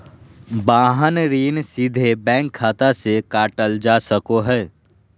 वाहन ऋण सीधे बैंक खाता से काटल जा सको हय